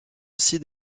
aussi